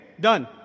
Done